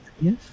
yes